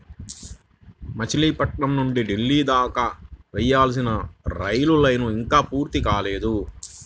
మచిలీపట్నం నుంచి ఢిల్లీ దాకా వేయాల్సిన రైలు లైను ఇంకా పూర్తి కాలేదు